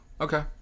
Okay